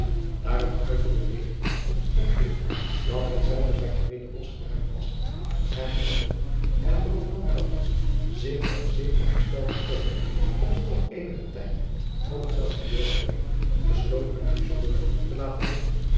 aar het uit de beweging op het vlot bleek dat hetzelve bijna weder los geraakt was en ieder en bovenal zich er zeer op gesteld betoonde om toch eenigen tijd op hetzelve door te brengen besloot men usseldorp te laten liggen